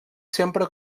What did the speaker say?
sempre